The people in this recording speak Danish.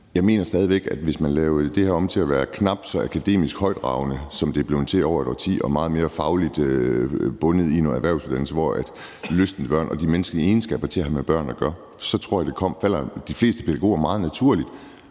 Jeg mener stadig væk, at det, hvis man lavede det her om til at være knap så akademisk højtravende, som det er blevet til over et årti, og meget mere fagligt bundet i noget erhvervsuddannelse, hvor det handler om lysten til og de menneskelige egenskaber til at have med børn at gøre, så falder de fleste pædagoger meget naturligt